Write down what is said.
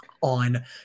on